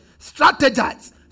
strategize